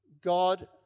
God